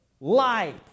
life